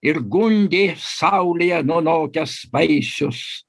ir gundė saulėje nunokęs vaisius